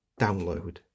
download